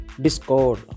discord